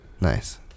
Nice